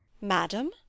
Madam